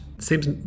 seems